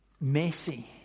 messy